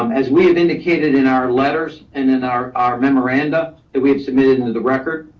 um as we have indicated in our letters and in our our memoranda that we have submitted into the record,